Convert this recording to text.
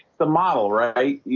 the model, right?